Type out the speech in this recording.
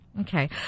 okay